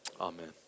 Amen